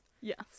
yes